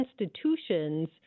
institutions